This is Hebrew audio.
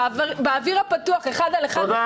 באוויר הפתוח אחד על אחד --- בהנחיות.